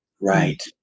Right